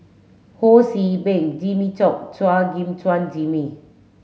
Ho See Beng Jimmy Chok Chua Gim Guan Jimmy